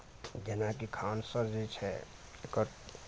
जेनाकि खानसर जे छै एकर